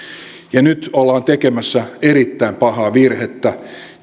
nyt ollaan tekemässä erittäin pahaa virhettä